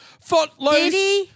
Footloose